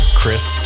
chris